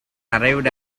arrived